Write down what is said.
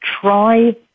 try